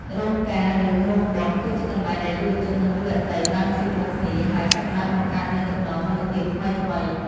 រោងការឬរោងបុណ្យ គឺជាកន្លែងដែលយុវជននិងយុវតីបានជួបមុខគ្នា ហើយចាប់ផ្ដើមបង្កើតនូវចំណងមិត្តភាពថ្មីៗ។